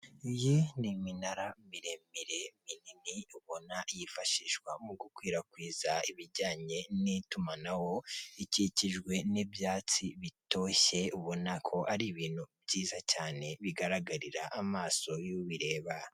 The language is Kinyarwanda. Iyi niminara miremire minini ubona yifashishwa mugukwirakwiza ibijyanya n'itumanaho ikikijwe n'ibyatsi bitoshye ubonako ari Ibintu byiza cyane bigaragarira amaso y'ubireba.